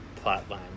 plotline